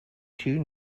two